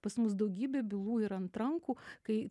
pas mus daugybė bylų yra ant rankų kai